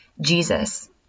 jesus